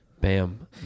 bam